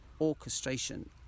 orchestration